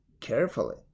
carefully